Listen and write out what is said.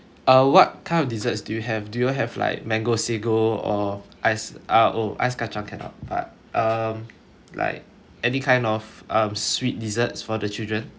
uh what kind of desserts do you have do y'all have like mango sago or ice uh oh ice kacang cannot but um like any kind of um sweet desserts for the children